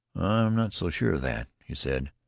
i'm not so sure of that, he said.